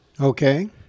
Okay